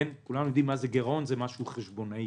כולנו יודעים שגירעון זה משהו חשבונאי.